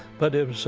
but it was a,